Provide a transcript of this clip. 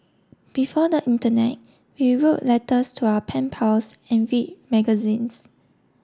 before the internet we wrote letters to our pen pals and read magazines